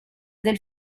del